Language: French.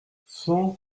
cent